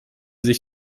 sich